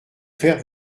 faire